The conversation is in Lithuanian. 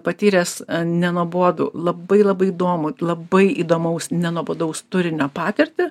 patyręs nenuobodų labai labai įdomų labai įdomaus nenuobodaus turinio patirtį